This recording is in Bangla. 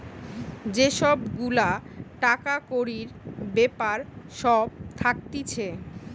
যে সব গুলা টাকা কড়ির বেপার সব থাকতিছে